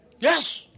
Yes